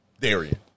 Darian